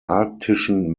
arktischen